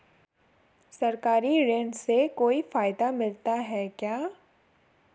सरकारी ऋण से कोई फायदा मिलता है क्या?